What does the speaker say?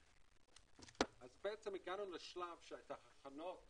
הגענו לשלב שאת ההכנות